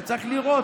אתה צריך לראות,